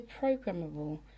programmable